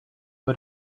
but